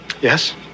Yes